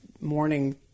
morning